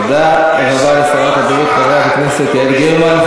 תודה לשרת הבריאות חברת הכנסת יעל גרמן.